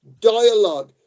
dialogue